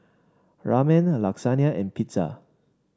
Ramen Lasagna and Pizza